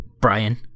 Brian –